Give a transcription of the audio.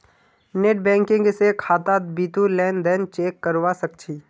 net banking स खातात बितु लेन देन चेक करवा सख छि